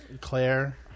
Claire